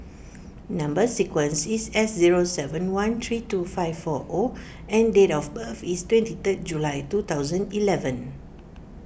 Number Sequence is S zero seven one three two five four O and date of birth is twenty third July two thousand eleven